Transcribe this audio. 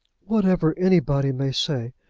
whatever anybody may say,